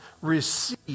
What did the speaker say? receive